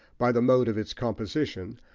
by the mode of its composition,